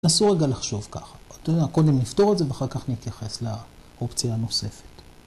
‫נסו רגע לחשוב ככה, ‫אתה יודע, קודם נפתור את זה ‫ואחר כך נתייחס לאופציה הנוספת.